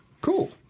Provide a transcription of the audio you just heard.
Cool